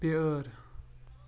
بیٲر